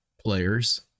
players